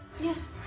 Yes